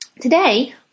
Today